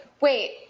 wait